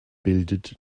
bildet